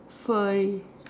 furry